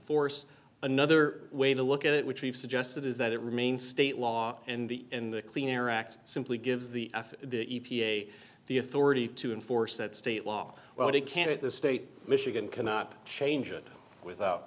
force another way to look at it which we've suggested is that it remains state law in the in the clean air act simply gives the the e p a the authority to enforce that state law when it can't if the state michigan cannot change it without